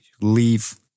leave